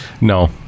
No